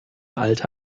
alte